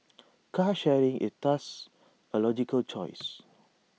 car sharing is thus A logical choice